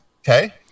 Okay